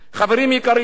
חברים יקרים,